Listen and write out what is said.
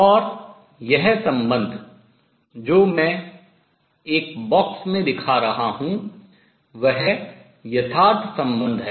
और यह संबंध जो मैं एक बॉक्स में दिखा रहा हूँ वह यथार्थ संबंध है